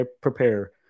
prepare